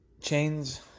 Chains